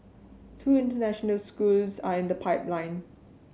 two international schools are in the pipeline